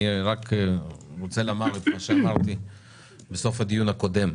אני רוצה לומר את מה שאמרתי בסוף הדיון הקודם.